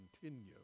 continue